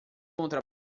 contra